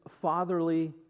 fatherly